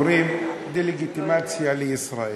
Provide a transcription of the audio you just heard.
אומרים: דה-לגיטימציה לישראל.